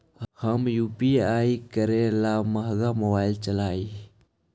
हम यु.पी.आई करे ला महंगा मोबाईल चाही?